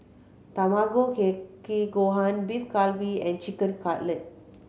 Tamago Kake Kake Gohan Beef Galbi and Chicken Cutlet